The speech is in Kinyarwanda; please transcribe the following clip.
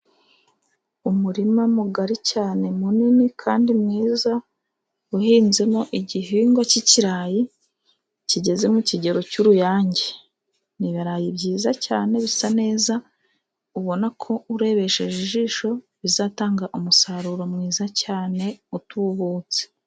Umurima mugari cyane munini kandi mwiza, uhinzemo igihingwa cy'kirayi kigeze mu kigero cy'uruyange. Ni ibirayi byiza cyane bisa neza, ubona ko urebesheje ijisho, bizatanga umusaruro mwiza cyane utubutse.